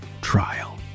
trial